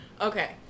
okay